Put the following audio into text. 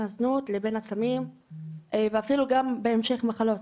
הזנות והסמים ואפילו גם בהמשך מחלות.